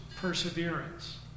perseverance